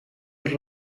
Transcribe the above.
els